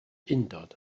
undod